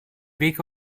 weg